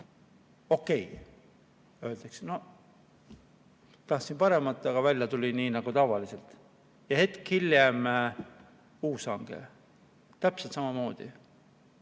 Okei, öeldakse, tahtsime paremat, aga välja tuli nii nagu tavaliselt. Hetk hiljem uus hange täpselt samamoodi.